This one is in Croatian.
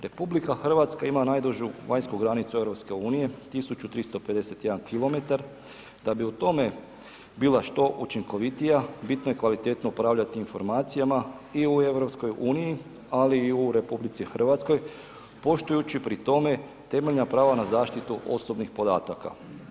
RH ima najdužu vanjsku granicu EU 1.352 km, da bi u tome bila što učinkovitija bitno je kvalitetno upravljati informacijama i u EU, ali i u RH poštujući pri tome temeljna prava na zaštitu osobnih podataka.